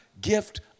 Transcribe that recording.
gift